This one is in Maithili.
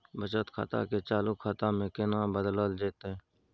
बचत खाता के चालू खाता में केना बदलल जेतै?